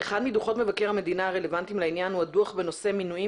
אחד מדוחות מבקר המדינה הרלוונטיים לעניין הוא הדוח בנושא מינויים